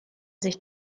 sich